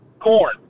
corn